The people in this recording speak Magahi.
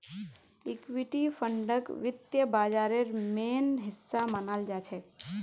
इक्विटी फंडक वित्त बाजारेर मेन हिस्सा मनाल जाछेक